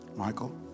Michael